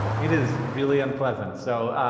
it is really unpleasant. so,